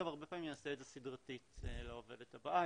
הרבה פעמים יעשה את זה סדרתי לעובדת הבאה,